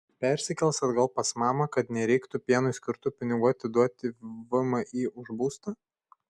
persikels atgal pas mamą kad nereiktų pienui skirtų pinigų atiduoti vmi už būstą